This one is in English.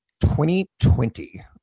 2020